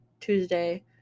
Tuesday